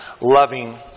loving